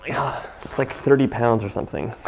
yeah like thirty pounds or something.